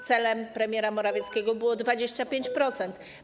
Celem premiera Morawieckiego było 25%.